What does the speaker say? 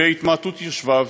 בהתמעטות יושביו,